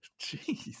Jeez